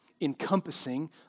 encompassing